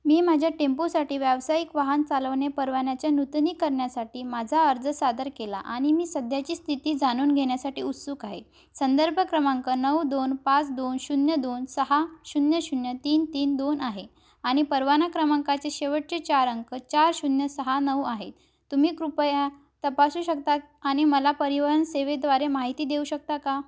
मी माझ्या टेम्पोसाठी व्यावसायिक वाहन चालवणे परवान्याच्या नूतनीकरणासाठी माझा अर्ज सादर केला आणि मी सध्याची स्थिती जाणून घेण्यासाठी उत्सुक आहे संदर्भ क्रमांक नऊ दोन पाच दोन शून्य दोन सहा शून्य शून्य तीन तीन दोन आहे आणि परवाना क्रमांकाचे शेवटचे चार अंक चार शून्य सहा नऊ आहेत तुम्ही कृपया तपासू शकता आणि मला परिवहन सेवेद्वारे माहिती देऊ शकता का